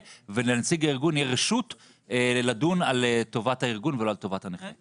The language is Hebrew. ולנציג הארגון תהיה רשות לדון על טובת הארגון ולא על טובת הנכה.